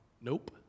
Nope